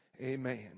Amen